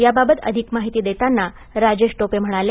याबाबत अधिक माहिती देताना राजेश टोपे म्हणाले